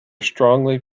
strongly